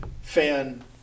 fan